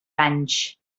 anys